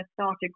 started